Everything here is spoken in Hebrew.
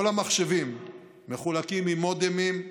כל המחשבים מחולקים עם מודמים,